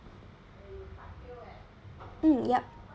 mm yup